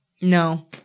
No